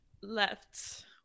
left